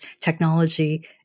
technology